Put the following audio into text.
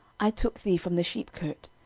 i took thee from the sheepcote,